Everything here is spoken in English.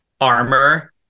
armor